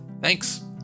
Thanks